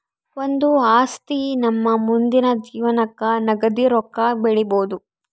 ಒಂದು ಆಸ್ತಿ ನಮ್ಮ ಮುಂದಿನ ಜೀವನಕ್ಕ ನಗದಿ ರೊಕ್ಕ ಬೆಳಿಬೊದು